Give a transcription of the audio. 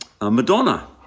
Madonna